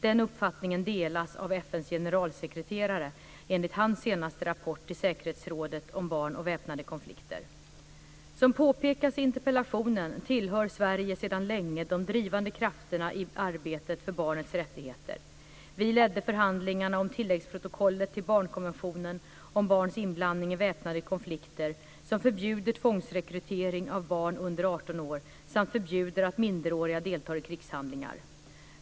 Den uppfattningen delas av FN:s generalsekreterare enligt hans senaste rapport till säkerhetsrådet om barn och väpnade konflikter den Som påpekas i interpellationen tillhör Sverige sedan länge de drivande krafterna i arbetet för barnets rättigheter. Vi ledde förhandlingarna om tilläggsprotokollet till barnkonventionen om barns inblandning i väpnade konflikter som förbjuder tvångsrekrytering av barn under 18 år samt förbjuder att minderåriga deltar i krigshandlingar.